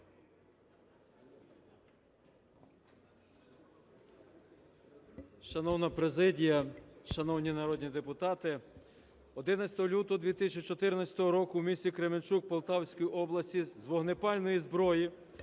Шановна президія, шановні народні депутати, 11 лютого 2014 року в місті Кременчук Полтавської області з вогнепальної зброї